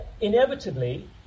inevitably